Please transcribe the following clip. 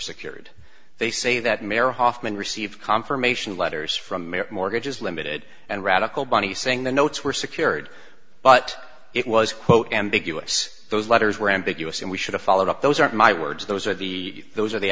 secured they say that may or hoffman received confirmation letters from their mortgages limited and radical bunny saying the notes were secured but it was quote ambiguous those letters were ambiguous and we should have followed up those aren't my words those are the those are the